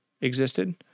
existed